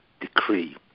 decree